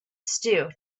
stew